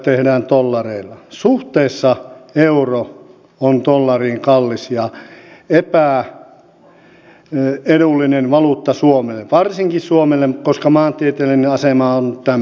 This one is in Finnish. euro on suhteessa dollariin kallis ja epäedullinen valuutta suomelle varsinkin suomelle koska maantieteellinen asema on tämä